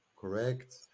correct